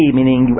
meaning